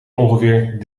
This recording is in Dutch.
ongeveer